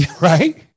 Right